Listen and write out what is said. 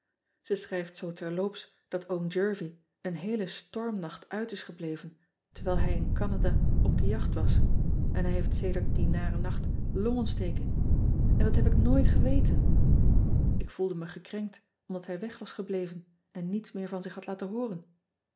e schrijft zoo terloops dat om ervie een heelen stormnacht uit is gebleven terwijl hij in anada op de jacht was en hij heeft sedert dien naren nacht lonontsteking n dat heb ik nooit geweten k voelde me gekrenkt omdat hij weg was gebleven en niets meer van zich had laten hooren